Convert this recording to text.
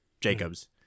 Jacobs